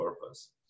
purpose